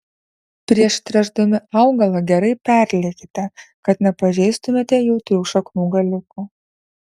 prieš tręšdami augalą gerai perliekite kad nepažeistumėte jautrių šaknų galiukų